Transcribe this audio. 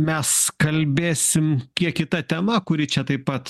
mes kalbėsim kiek kita tema kuri čia taip pat